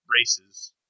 races